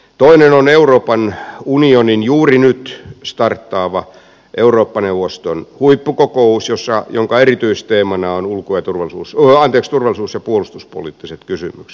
toinen on euroopan unionin juuri nyt starttaava eurooppa neuvoston huippukokous jonka erityisteemana ovat turvallisuus ja puolustuspoliittiset kysymykset